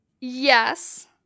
Yes